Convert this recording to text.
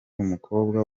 umukobwa